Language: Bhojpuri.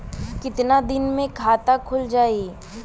कितना दिन मे खाता खुल जाई?